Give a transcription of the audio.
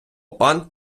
пан